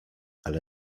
ale